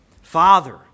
Father